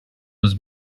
was